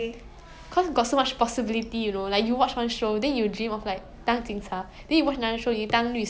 like how to say I don't know if this is the correct word but like empathise with different like roles in life